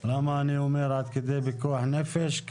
למה אני אומר עד כדי פיקוח נפש?